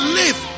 live